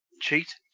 cheat